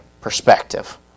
perspective